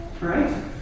Right